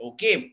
Okay